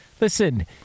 listen